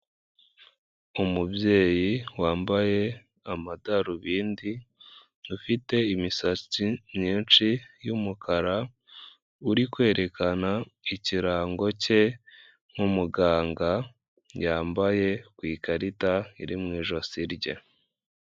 Umubyeyi wambaye amadarubindi ufite imisatsi myinshi y'umukara, uri kwerekana ikirango cye nk'umuganga yambaye ku ikarita iri mu ijosi rye.